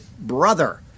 brother